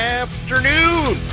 afternoon